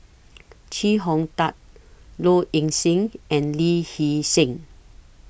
Chee Hong Tat Low Ing Sing and Lee Hee Seng